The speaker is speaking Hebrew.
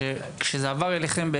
כשזה עבר אליכם,